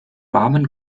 warmen